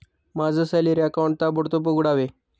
माझं salary account ताबडतोब उघडावे